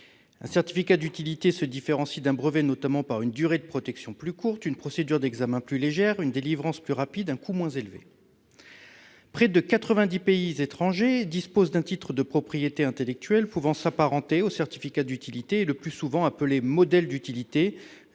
Un certificat d'utilité se différencie d'un brevet, notamment par une durée de protection plus courte, une procédure d'examen plus légère, une délivrance plus rapide et un coût moins élevé. Près de quatre-vingt-dix pays étrangers disposent d'un titre de propriété intellectuelle pouvant s'apparenter au certificat d'utilité, notamment l'Allemagne et la